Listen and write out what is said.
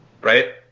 Right